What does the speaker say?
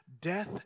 death